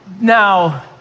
now